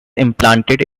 implanted